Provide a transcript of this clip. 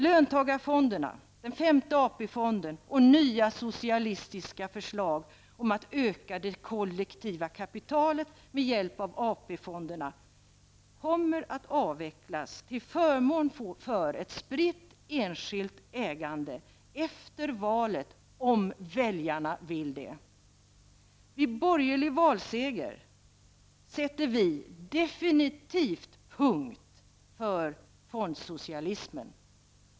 Löntagarfonderna, den femte AP-fonden och nya socialistiska förslag om att öka det kollektiva kapitalet med hjälp av AP-fonderna kommer -- om väljarna vill det -- att avvecklas till förmån för ett spritt enskilt ägande efter valet. Vid borgerlig valseger sätter vi definitivt punkt för fondsocialismen.